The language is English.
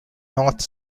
north